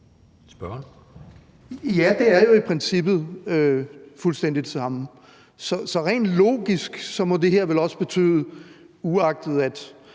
Ja, det er jo i princippet fuldstændig det samme. Så rent logisk må det her vel også betyde – uagtet